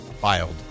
filed